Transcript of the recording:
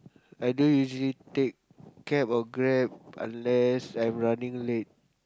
I don't usually take cab or Grab unless I'm running late